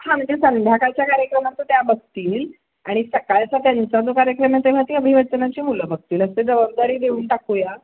हां म्हणजे संध्याकाळच्या कार्यक्रमाचं त्या बघतील आणि सकाळचा त्यांचा जो कार्यक्रम आहे तेव्हा ती अभिवाचनाची मुलं बघतील असं जबाबदारी देऊन टाकूया